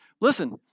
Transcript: Listen